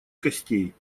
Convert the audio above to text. костей